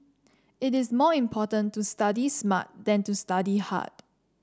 it is more important to study smart than to study hard